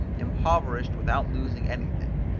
impoverished without losing anything,